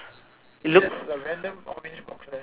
looks